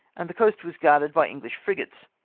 and the coast was guarded by english frigates.